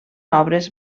obres